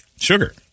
Sugar